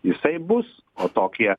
jisai bus o tokie